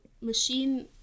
machine